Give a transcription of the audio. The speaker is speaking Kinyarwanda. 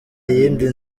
yindi